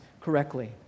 correctly